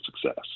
success